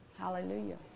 Hallelujah